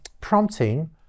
prompting